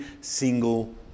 single